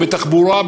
בתחבורה,